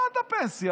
עד הפנסיה,